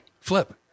Flip